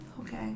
Okay